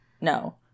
no